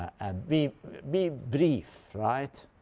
and be be brief. right?